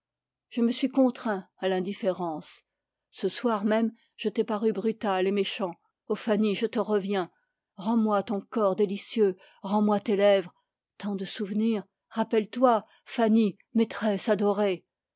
je me suis contraint à l'indifférence ce soir même je t'ai paru brutal et méchant ô fanny je te reviens rendsmoi ton corps délicieux rends-moi tes lèvres tant de souvenirs rappelle-toi fanny maîtresse adorée